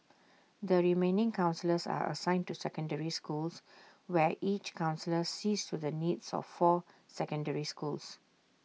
the remaining counsellors are assigned to secondary schools where each counsellor sees to the needs of four secondary schools